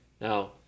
Now